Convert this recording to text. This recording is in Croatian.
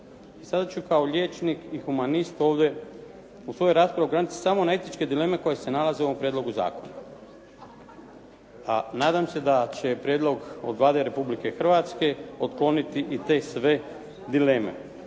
Sada ću kao liječnik i humanist ovdje u svojoj raspravi se ograničiti samo na etičke dileme koje se nalaze u ovom prijedlogu zakona, a nadam se da će prijedlog Vlade Republike Hrvatske otkloniti i te sve dileme.